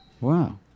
Wow